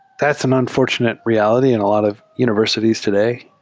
that's an unfortunate reality in a lot of univers ities today.